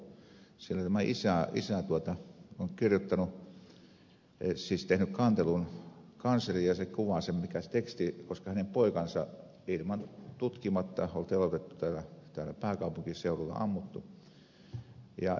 siellä tämä isä on tehnyt kantelun kanslerille ja sitä se teksti kuvaa koska hänen poikansa oli tutkimatta teloitettu täällä pääkaupunkiseudulla ammuttu